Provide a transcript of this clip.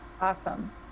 Awesome